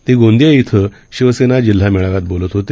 तेगोंदियाइथंशिवशेनाजिल्हामेळाव्यातबोलतहोते